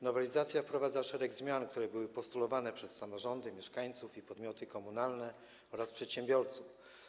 Nowelizacja wprowadza szereg zmian, które były postulowane przez samorządy, mieszkańców i podmioty komunalne oraz przedsiębiorców.